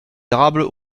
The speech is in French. érables